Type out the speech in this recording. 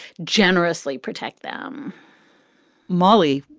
generously protect them molly,